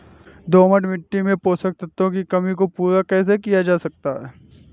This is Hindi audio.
दोमट मिट्टी में पोषक तत्वों की कमी को पूरा कैसे किया जा सकता है?